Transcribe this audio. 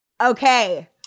Okay